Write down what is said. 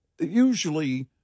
Usually